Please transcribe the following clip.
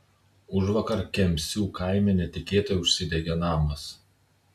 užvakar kemsių kaime netikėtai užsidegė namas